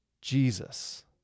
Jesus